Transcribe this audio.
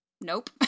nope